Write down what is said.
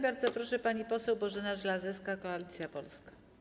Bardzo proszę, pani poseł Bożena Żelazowska, Koalicja Polska.